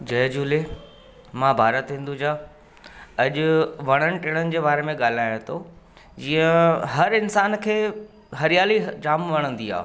जय झूले मां भारत हिंदुजा अॼु वणनि टिणनि जे बारे में ॻाल्हायां थो जीअं हर इंसान खे हरियाली जाम वणंदी आहे